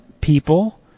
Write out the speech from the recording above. people